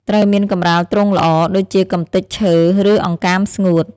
ត្រូវមានកម្រាលទ្រុងល្អ ដូចជាកម្ទេចឈើ ឬអង្កាមស្ងួត។